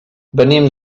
venim